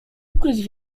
ukryć